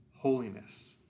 Holiness